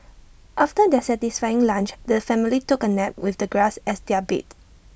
after their satisfying lunch the family took A nap with the grass as their bed